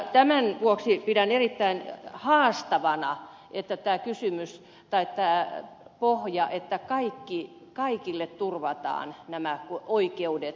tämän vuoksi pidän erittäin haastavana että tämä pohja toteutuisi että kaikille turvataan nämä oikeudet